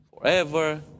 forever